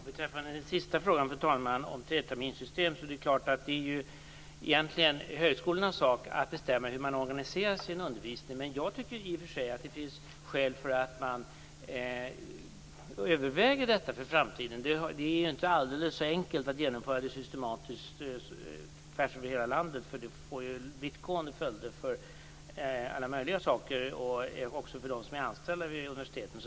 Fru talman! Birgitta Wistrand tog i sin sista fråga upp treterminssystemet. Det är ju egentligen högskolornas sak att bestämma hur man organiserar sin undervisning. Jag tycker i och för sig att det finns skäl att överväga detta inför framtiden. Det är ju inte alldeles enkelt att genomföra det systematiskt tvärs över hela landet, eftersom det får vittgående följder på alla möjliga områden, också för dem som är anställda vid universiteten.